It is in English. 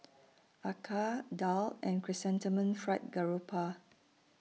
Acar Daal and Chrysanthemum Fried Garoupa